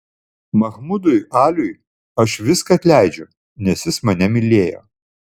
mahmudui aliui aš viską atleidžiu nes jis mane mylėjo